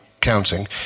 counting